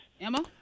Emma